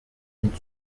und